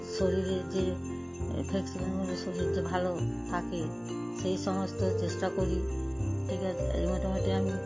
শরীরের যে ফ্লেকসিবলগুলো শরীর যে ভালো থাকে সেই সমস্ত চেষ্টা করি ঠিক আছে মোটামুটি আমি